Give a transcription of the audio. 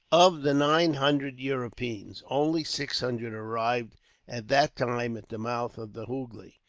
of the nine hundred europeans, only six hundred arrived at that time at the mouth of the hoogly,